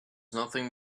nothing